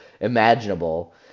imaginable